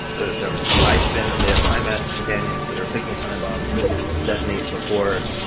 they're high spin and they have high mass companions that are ticking time bombs that detonate before.